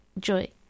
joy